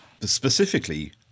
Specifically